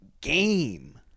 game